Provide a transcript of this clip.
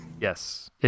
Yes